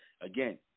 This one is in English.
Again